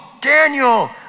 Daniel